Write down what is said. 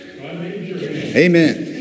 Amen